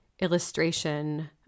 Illustration